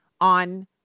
on